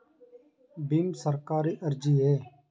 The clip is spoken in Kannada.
ಭೀಮ್ ಸರ್ಕಾರಿ ಅರ್ಜಿಯೇ?